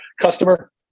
customer